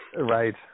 Right